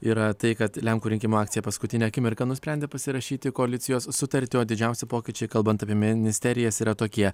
yra tai kad lenkų rinkimų akcija paskutinę akimirką nusprendė pasirašyti koalicijos sutartį o didžiausi pokyčiai kalbant apie ministerijas yra tokie